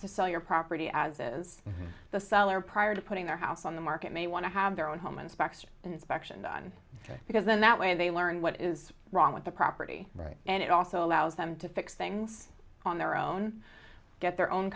to sell your property as is the seller prior to putting their house on the market may want to have their own home inspection inspection done because then that way they learned what is wrong with the property and it also allows them to fix things on their own get their own